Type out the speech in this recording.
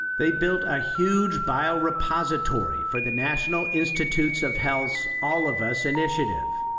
they built a huge biorepository for the national institute of health's all of us initiative.